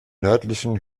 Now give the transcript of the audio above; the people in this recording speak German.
nördlichen